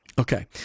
Okay